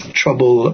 trouble